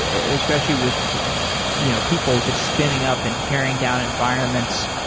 ah especially with you know people just spinning up and tearing down environments,